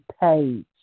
page